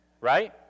right